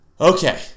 Okay